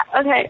Okay